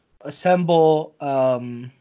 assemble